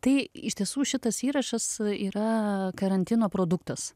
tai iš tiesų šitas įrašas yra karantino produktas